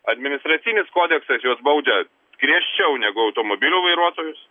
administracinis kodeksas juos baudžia griežčiau negu automobilių vairuotojus